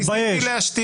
תתבייש.